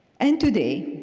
and today,